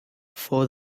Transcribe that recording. for